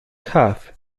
cuff